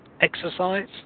exercise